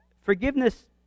Forgiveness